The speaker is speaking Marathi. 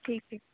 ठीक आहे